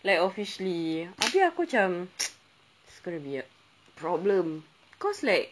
like officially tapi aku macam it's gonna be a problem cause like